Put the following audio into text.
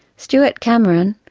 stuart cameron,